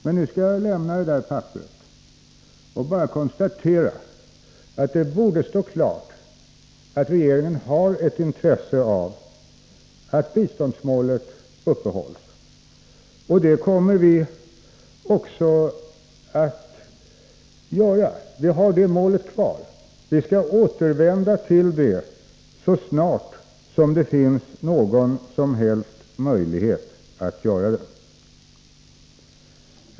Men nu skall jag lämna det papperet och bara konstatera att det borde stå klart att regeringen har ett intresse av att biståndsmålet upprätthålls. Det målet har vi också kvar. Vi skall återvända till det så snart det finns någon som helst möjlighet att göra det.